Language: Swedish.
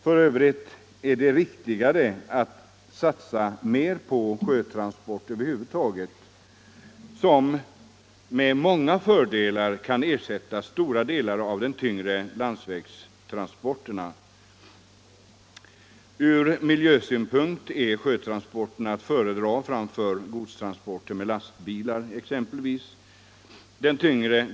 F. ö. är det riktigare att satsa mer på sjötransporter över huvud taget. De kan med fördel ersätta stora delar av de tyngre landsvägstransporterna. Från miljösynpunkt är sjötransporterna att föredra framför godstransporter med exempelvis lastbilar.